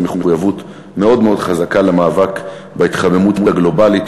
מחויבות מאוד מאוד חזקה למאבק בהתחממות הגלובלית